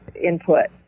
input